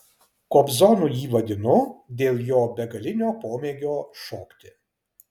kobzonu jį vadinu dėl jo begalinio pomėgio šokti